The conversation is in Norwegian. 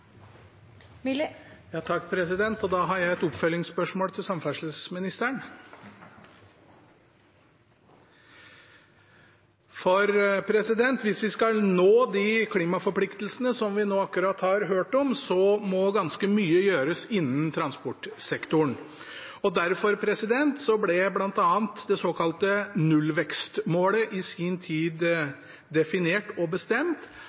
har et oppfølgingsspørsmål til samferdselsministeren. Hvis vi skal nå de klimaforpliktelsene som vi akkurat nå har hørt om, må ganske mye gjøres innen transportsektoren. Derfor ble bl.a. det såkalte nullvekstmålet i sin tid definert og bestemt